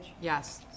Yes